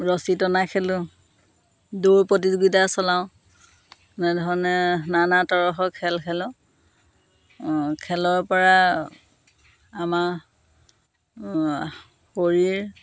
ৰছী টনা খেলোঁ দৌৰ প্ৰতিযোগিতা চলাওঁ এনেধৰণে নানা তৰহৰ খেল খেলোঁ খেলৰ পৰা আমাৰ শৰীৰ